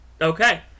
Okay